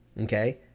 Okay